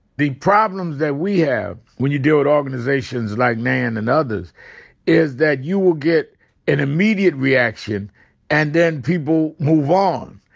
the problems that we have when you deal with organizations like nan and others is that you will get an immediate reaction and then people move on.